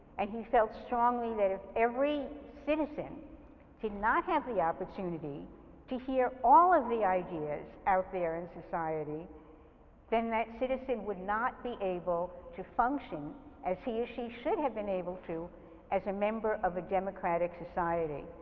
and he felt strongly that if every citizen did not have the opportunity to hear all of the ideas out there in society then that citizen would not be able to function as he or she should have been able to as a member of a democratic society.